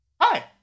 Hi